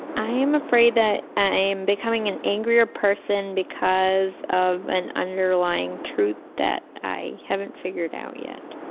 i'm afraid that i'm becoming an angrier person because of an underlying truth that i haven't figured out yet.